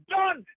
done